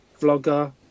vlogger